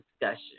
discussion